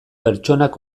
pertsonak